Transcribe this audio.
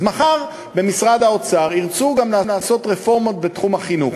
אז מחר במשרד האוצר ירצו גם לעשות רפורמות בתחום החינוך,